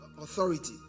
authority